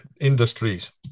industries